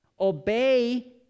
Obey